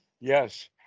Yes